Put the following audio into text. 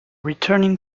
returning